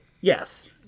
yes